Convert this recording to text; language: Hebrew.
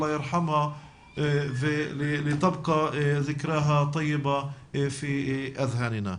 אללה ירחמה ושיישאר זכרה טוב ומבורך בנפשותינו.